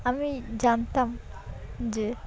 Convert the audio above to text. আমি জানতাম যে